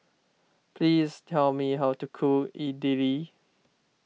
please tell me how to cook Idili